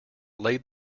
laid